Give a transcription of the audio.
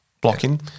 blocking